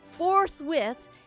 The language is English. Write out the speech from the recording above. Forthwith